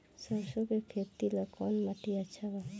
सरसों के खेती ला कवन माटी अच्छा बा?